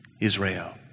Israel